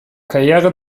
karriere